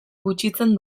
gutxitzen